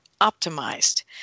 optimized